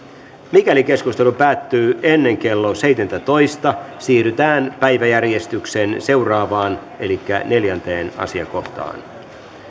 mikäli keskustelu päättyy ennen kello seitsemäätoista siirrytään päiväjärjestyksen seuraavaan neljänteen asiakohtaan